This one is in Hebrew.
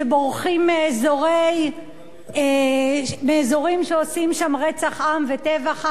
שבורחים מאזורים שעושים שם רצח עם וטבח עם,